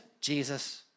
Jesus